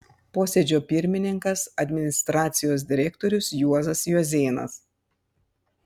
posėdžio pirmininkas administracijos direktorius juozas juozėnas